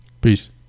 Peace